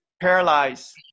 paralyzed